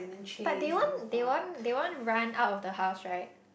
but they want they want they want run out of the house right